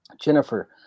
Jennifer